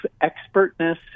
expertness